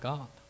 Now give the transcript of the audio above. God